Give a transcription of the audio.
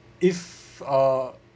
if uh